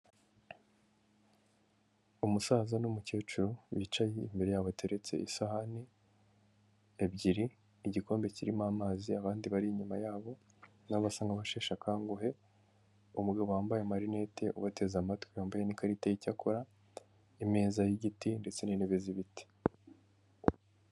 Umusaza n'umukecuru bicaye imbere yabo hateretse isahani ebyiri, igikombe kirimo amazi abandi bari inyuma yabo n'abasa nk'abasheshe akanguhe, umugabo wambaye amarinete ubateze amatwi yambaye n'ikarita y'icyo akora, imeza y'igiti ndetse n'intebe z'ibiti.